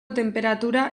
tenperatura